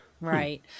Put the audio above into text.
Right